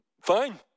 Fine